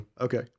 Okay